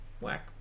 Whack